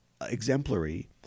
exemplary